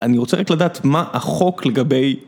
אני רוצה רק לדעת מה החוק לגבי...